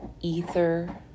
ether